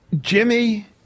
Jimmy